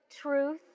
truth